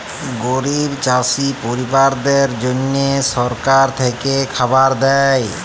গরিব চাষী পরিবারদ্যাদের জল্যে সরকার থেক্যে খাবার দ্যায়